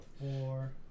four